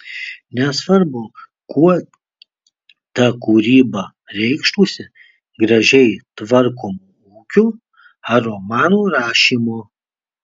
nesvarbu kuo ta kūryba reikštųsi gražiai tvarkomu ūkiu ar romanų rašymu